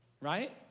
right